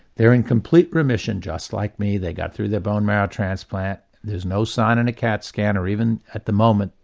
they're in complete remission just like me, they got through their bone marrow transplant, there's no sign in a cat scan or even, at the moment,